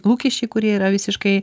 lūkesčiai kurie yra visiškai